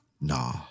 nah